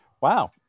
wow